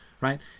right